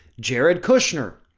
jared kushner,